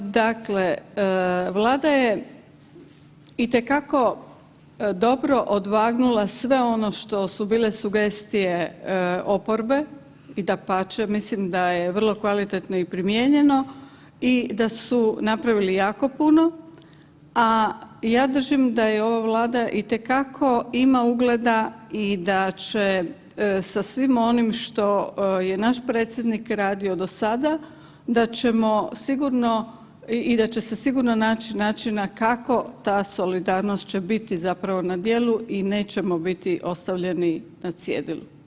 Dakle, Vlada je itekako dobro odvagnula sve ono što su bile sugestije oporbe i dapače mislim da je vrlo kvalitetno i primijenjeno i da su napravili jako puno, a ja držim da je ova Vlada itekako ima ugleda i da će sa svim onim što je naš predsjednik radio do sada, da ćemo sigurno i da će se sigurno naći načina kako ta solidarnost će biti zapravo na djelu i nećemo biti ostavljeni na cjedilu.